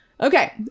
Okay